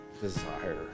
desire